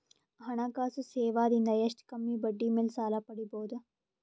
ಹಣಕಾಸು ಸೇವಾ ದಿಂದ ಎಷ್ಟ ಕಮ್ಮಿಬಡ್ಡಿ ಮೇಲ್ ಸಾಲ ಪಡಿಬೋದ?